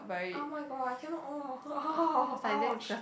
oh my god I cannot oh !ouch!